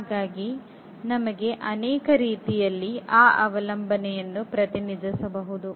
ಹಾಗಾಗಿ ನಮಗೆ ಅನೇಕ ರೀತಿಯಲ್ಲಿ ಆ ಅವಲಂಬನೆಯನ್ನು ಪ್ರತಿನಿಧಿಸಬಹುದು